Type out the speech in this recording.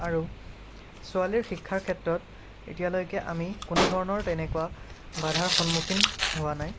আৰু ছোৱালীৰ শিক্ষাৰ ক্ষেত্ৰত এতিয়ালৈকে আমি কোনো ধৰণৰ তেনেকুৱা বাধাৰ সন্মুখীন হোৱা নাই